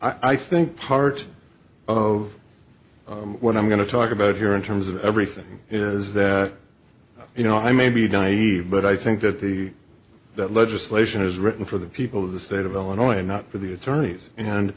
i think part of what i'm going to talk about here in terms of everything is that you know i may be naive but i think that the that legislation is written for the people of the state of illinois and not for the attorneys and